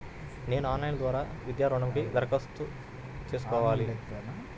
నేను ఆన్లైన్ ద్వారా విద్యా ఋణంకి ఎలా దరఖాస్తు చేసుకోవాలి?